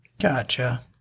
Gotcha